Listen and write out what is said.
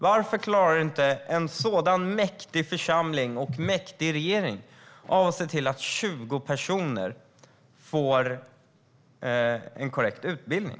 Varför klarar inte en sådan mäktig församling och mäktig regering av att se till att 20 personer får en korrekt sådan utbildning?